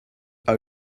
are